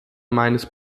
meines